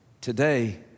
Today